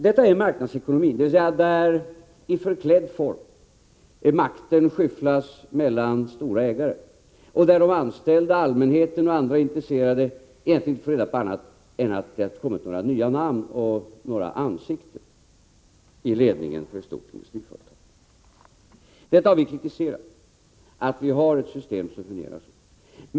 Detta är marknadsekonomi — dvs. i förklädd form, där makten skyfflas mellan stora ägare och där de anställda, allmänheten och andra intresserade egentligen inte får reda på annat än att det kommit några nya namn och ansikten i ledningen för ett stort industriföretag. Detta har vi kritiserat, dvs. att vi har ett system som fungerar på det här sättet.